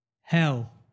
Hell